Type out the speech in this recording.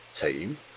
team